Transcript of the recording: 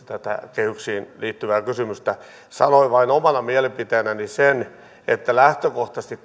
tätä kehyksiin liittyvää kysymystä sanoin vain omana mielipiteenäni sen että lähtökohtaisesti